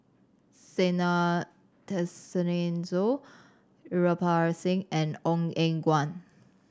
Zena Tessensohn Kirpal Singh and Ong Eng Guan